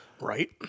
Right